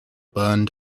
burned